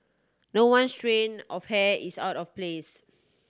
no one strand of hair is out of place